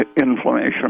Inflammation